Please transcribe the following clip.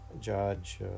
Judge